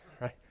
right